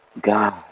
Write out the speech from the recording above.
God